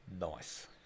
Nice